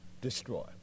destroy